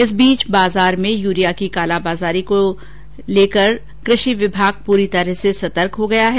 इस बीच बाजार में यूरिया की कालाबाजारी को लेकर कृषि विभाग पूरी तरह से सतर्क हो गया है